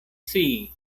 scii